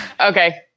Okay